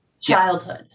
childhood